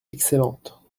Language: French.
excellente